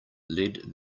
led